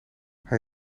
hij